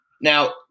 Now